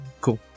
cool